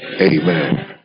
Amen